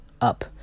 up